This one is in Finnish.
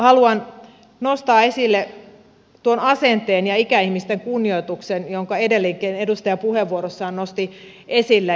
haluan nostaa esille tuon asenteen ja ikäihmisten kunnioituksen jotka edellinenkin edustaja puheenvuorossaan nosti esille